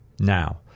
Now